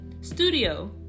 Studio